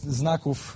znaków